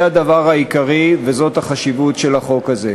זה הדבר העיקרי, וזאת החשיבות של החוק הזה.